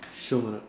凶 or not